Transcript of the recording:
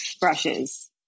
brushes